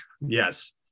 Yes